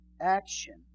action